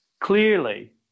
Clearly